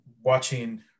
watching